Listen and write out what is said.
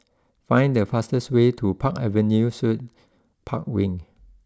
find the fastest way to Park Avenue Suites Park Wing